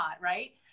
Right